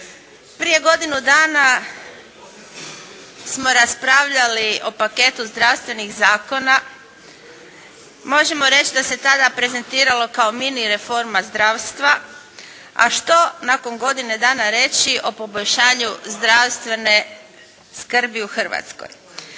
Prije godinu dana smo raspravljali o paketu zdravstvenih zakona. Možemo reći da se tada prezentiralo kao mini reforma zdravstva. A što nakon godinu dana reći o poboljšanju zdravstvene skrbi u Hrvatskoj?